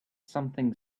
something